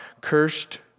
Cursed